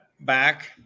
back